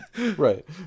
Right